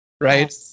right